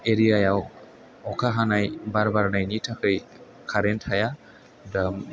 एरियायाव अखा हानाय बार बारनायनि थाखाय खारेन्ट थाया दा